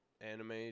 anime